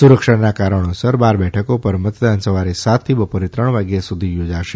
સુરક્ષાના કારણોસર બાર બેઠકો પર મતદાન સવારે સાત થી બપોરે ત્રણ વાગ્યા સુધી યોજાશે